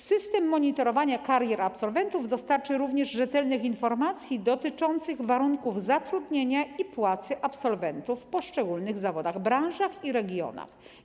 System monitorowania karier absolwentów dostarczy również rzetelnych informacji dotyczących warunków zatrudnienia i płacy absolwentów w poszczególnych zawodach, branżach i regionach.